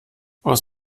aus